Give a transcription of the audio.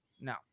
No